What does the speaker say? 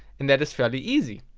and that is fairly easy.